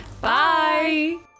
Bye